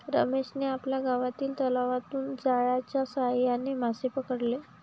रमेशने आपल्या गावातील तलावातून जाळ्याच्या साहाय्याने मासे पकडले